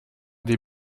des